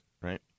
right